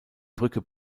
brücke